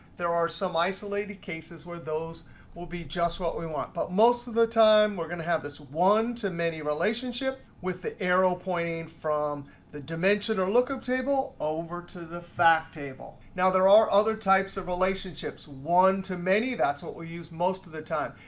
there are some isolated cases where those will be just what we want. but most of the time, we're going to have this one-to-many relationship, with the arrow pointing from the dimension or lookup table over to the fact table. now, there are other types of relationships. one-to-many, that's what we'll use most of the time.